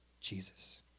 Jesus